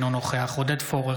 אינו נוכח עודד פורר,